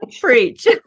Preach